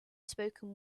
spoken